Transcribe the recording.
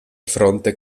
fronte